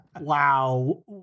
Wow